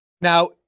Now